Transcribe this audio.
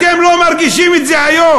אתם לא מרגישים את זה היום,